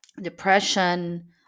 depression